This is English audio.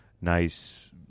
nice